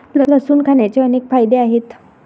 लसूण खाण्याचे अनेक फायदे आहेत